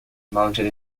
mounted